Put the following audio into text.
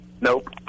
Nope